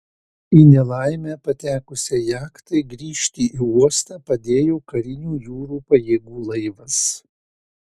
į nelaimę patekusiai jachtai grįžti į uostą padėjo karinių jūrų pajėgų laivas